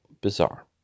bizarre